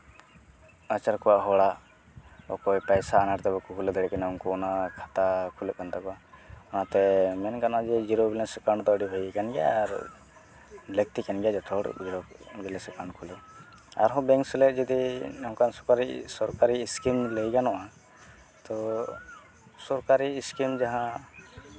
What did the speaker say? ᱱᱟᱪᱟᱨ ᱠᱚᱣᱟ ᱦᱚᱲᱟᱜ ᱚᱠᱚᱭ ᱯᱚᱭᱥᱟ ᱟᱱᱟᱴ ᱛᱮ ᱵᱟᱠᱚ ᱠᱷᱩᱞᱟᱹᱣ ᱫᱟᱲᱮᱜ ᱠᱟᱱᱟ ᱩᱱᱠᱩ ᱚᱱᱟ ᱠᱷᱟᱛᱟ ᱠᱷᱩᱞᱟᱹᱜ ᱠᱟᱱ ᱛᱟᱠᱚᱣᱟ ᱚᱱᱟᱛᱮ ᱢᱮᱱ ᱜᱟᱱᱚᱜᱼᱟ ᱡᱮ ᱡᱤᱨᱳ ᱵᱞᱮᱱᱥ ᱮᱠᱟᱣᱩᱱᱴ ᱫᱚ ᱟᱹᱰᱤ ᱵᱷᱟᱹᱜᱤ ᱠᱟᱱ ᱜᱮᱭᱟ ᱟᱨ ᱞᱟᱹᱠᱛᱤ ᱠᱟᱱ ᱜᱮᱭᱟ ᱡᱚᱛᱚ ᱦᱚᱲ ᱡᱤᱨᱳ ᱵᱞᱮᱱᱥ ᱮᱠᱟᱣᱩᱱᱴ ᱠᱷᱩᱞᱟᱹᱣ ᱟᱨᱦᱚᱸ ᱵᱮᱝᱠ ᱥᱟᱞᱟᱜ ᱡᱩᱫᱤ ᱱᱚᱝᱠᱟᱱ ᱥᱚᱨᱠᱟᱨᱤ ᱥᱚᱨᱠᱟᱨᱤ ᱥᱠᱤᱢ ᱞᱟᱹᱭ ᱜᱟᱱᱚᱜᱼᱟ ᱛᱳ ᱥᱚᱨᱠᱟᱨᱤ ᱥᱠᱤᱢ ᱡᱟᱦᱟᱸ